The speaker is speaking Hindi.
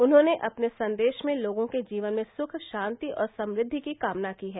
उन्होंने अपने संदेश में लोगों के जीवन में सुख शांति और समृद्वि की कामना की है